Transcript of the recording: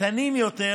קטנים יותר,